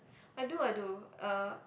I do I do uh